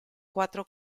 cuatro